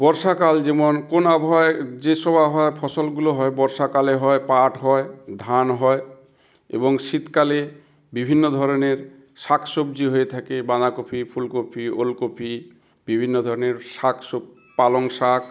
বর্ষাকাল যেমন কোন আবহাওয়ায় যেসব আবহাওয়ার ফসলগুলো হয় বর্ষাকালে হয় পাট হয় ধান হয় এবং শীতকালে বিভিন্ন ধরনের শাক সবজি হয়ে থাকে বাঁধাকপি ফুলকপি ওলকপি বিভিন্ন ধরনের শাক সব পালং শাক